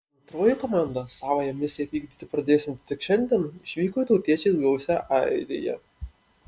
antroji komanda savąją misiją vykdyti pradėsianti tik šiandien išvyko į tautiečiais gausią airiją